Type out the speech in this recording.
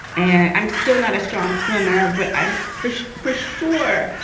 and i'm still not a strong swimmer, but i'm fresh for sure.